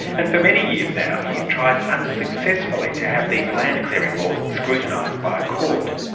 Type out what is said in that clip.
and for many years now, he has tried unsuccessfully to have these land clearing laws scrutinised by a court.